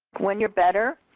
when you are better,